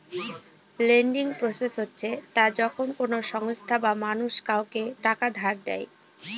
lending process হচ্ছে তা যখন কোনো সংস্থা বা মানুষ কাউকে টাকা ধার দেয়